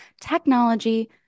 technology